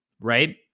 right